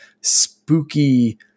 spooky